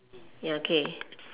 ya okay